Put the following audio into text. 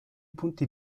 punti